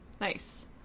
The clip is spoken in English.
nice